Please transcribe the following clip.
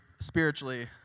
spiritually